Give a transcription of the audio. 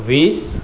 વીસ